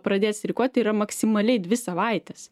pradėt streikuot tai yra maksimaliai dvi savaitės